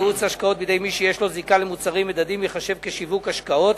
ייעוץ השקעות בידי מי שיש לו זיקה למוצרי מדדים ייחשב שיווק השקעות,